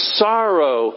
sorrow